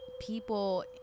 people